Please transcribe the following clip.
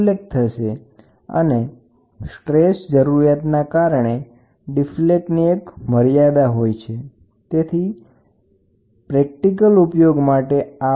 લિનીયારીટીની મર્યાદા અને સ્ટ્રેસ જરૂરિયાતના કારણે ફ્લેટ ડાયાફાર્મને મળતા વિચલન મર્યાદિત થઇ જાય છે તેથી જ વ્યવહારિક ઉપયોગ માટે આપેલ સાધનમાં થોડા સુધારા જરૂરી બને છે